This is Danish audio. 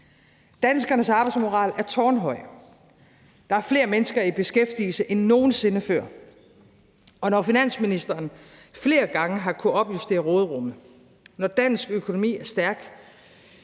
Danskernes arbejdsmoral er tårnhøj. Der er flere mennesker i beskæftigelse end nogen sinde før, og når finansministeren flere gange har kunnet opjustere råderummet, og når dansk økonomi er stærk,